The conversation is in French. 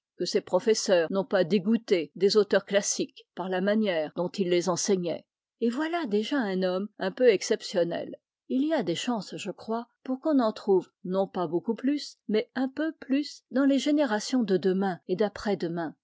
que ses professeurs n'ont pas dégoûté des auteurs classiques par la manière dont ils les enseignaient et voilà déjà un homme un peu exceptionnel il y a des chances je crois pour qu'on en trouve non pas beaucoup plus mais un peu plus dans les générations de demain et daprès demain